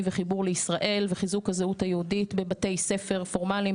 וחיבור לישראל וחיזוק הזהות היהודית בבתי ספר פורמליים,